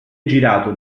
girato